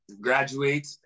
graduate